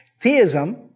Theism